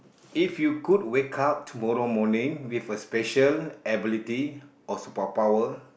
if you could wake up tomorrow morning with a special ability or super power